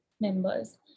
members